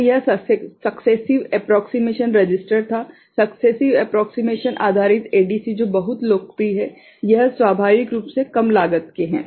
तो यह successive approximation register था सक्सेसिव एप्रोक्सिमेशन आधारित ADC जो बहुत लोकप्रिय है यह स्वाभाविक रूप से कम लागत के है